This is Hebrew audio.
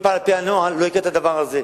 אם הוא פעל לפי הנוהל, לא היה קורה הדבר הזה.